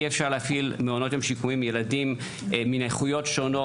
אי אפשר להתחיל מעונות יום שיקומיים עם ילדים עם נכויות שונות,